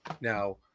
Now